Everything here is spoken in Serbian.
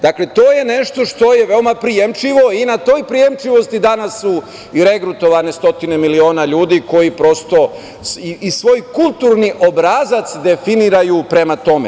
Dakle, to je nešto što je veoma prijemčivo i na toj prijemčivosti danas su i regrutovane stotine miliona ljudi koji prosto i svoj kulturni obrazac definiraju prema tome.